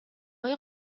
های